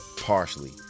partially